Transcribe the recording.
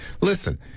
listen